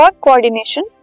coordination